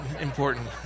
important